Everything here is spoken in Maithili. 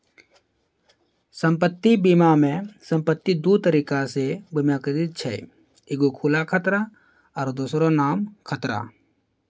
सम्पति बीमा मे सम्पति दु तरिका से बीमाकृत छै एगो खुला खतरा आरु दोसरो नाम खतरा